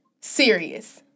serious